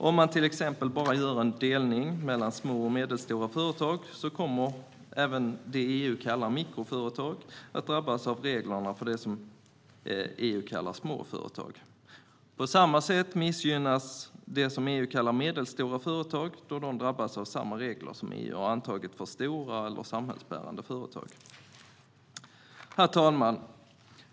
Om man till exempel gör en delning enbart mellan små och medelstora företag kommer även de företag som EU kallar mikroföretag att drabbas av reglerna för vad EU kallar små företag. På samma sätt missgynnas de företag som EU kallar medelstora företag, eftersom de drabbas av de regler som EU antagit för stora eller för samhällsbärande företag. Herr talman!